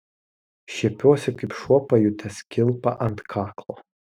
šiepiuosi kaip šuo pajutęs kilpą ant kaklo